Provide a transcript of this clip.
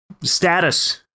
status